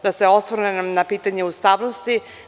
Da se osvrnem na pitanje ustavnosti.